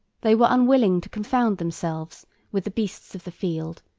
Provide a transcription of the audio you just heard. they were unwilling to confound themselves with the beasts of the field,